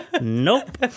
Nope